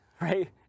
right